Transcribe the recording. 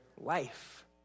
life